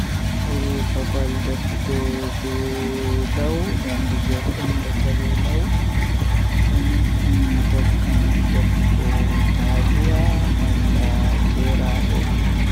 Komi ɓurɗaa yiɗuki haa rayuwa am baawo mi hisii mi jaangii ko fi, mi njogii sabu mi foti feewi ɗum. Ko waɗi faama sabu o waɗi no waawugol e hoore, ngam mi ɗo yeddi e ko ɗum woni ndaarnde, sabu mi haɗi no waawugol.